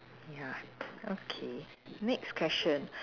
ya okay next question